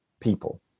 people